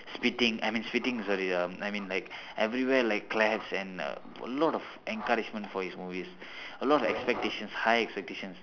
spitting I mean spitting sorry um I mean like everywhere like claps and uh a lot of encouragement for his movies a lot of expectations high expectations